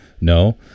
No